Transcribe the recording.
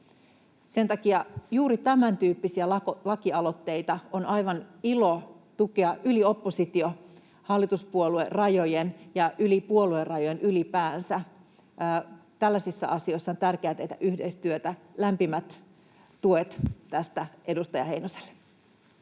Sen takia juuri tämäntyyppisiä lakialoitteita on aivan ilo tukea yli oppositio—hallituspuolue-rajojen ja yli puoluerajojen ylipäänsä. Tällaisissa asioissa on tärkeää tehdä yhteistyötä. Lämpimät tuet tästä edustaja Heinoselle.